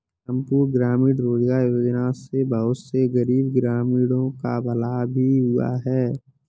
संपूर्ण ग्रामीण रोजगार योजना से बहुत से गरीब ग्रामीणों का भला भी हुआ है